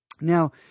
Now